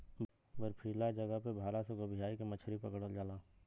बर्फीली जगह पे भाला से गोभीयाई के मछरी पकड़ल जाला